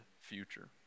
future